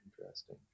interesting